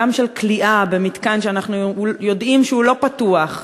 גם של כליאה במתקן שאנחנו יודעים שהוא לא פתוח,